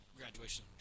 graduation